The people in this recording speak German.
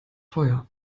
teuer